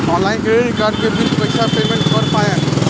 Online credit card के bill कइसे payment कर पाएम?